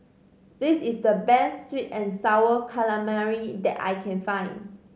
this is the best sweet and Sour Calamari that I can find